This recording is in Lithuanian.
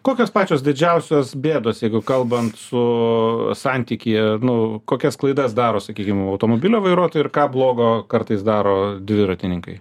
kokios pačios didžiausios bėdos jeigu kalbant su santykyje nu kokias klaidas daro sakykim automobilio vairuotojai ir ką blogo kartais daro dviratininkai